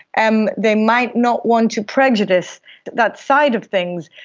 and they might not want to prejudice that side of things.